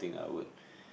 thing I would